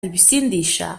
ibisindisha